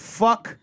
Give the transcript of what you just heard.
fuck